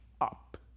up